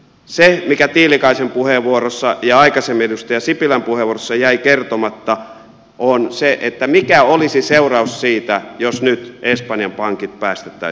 se mikä tiilikaisen puheenvuorossa ja aikaisemmin edustaja sipilän puheenvuorossa jäi kertomatta on se mikä olisi seuraus siitä jos nyt espanjan pankit päästettäisiin kaatumaan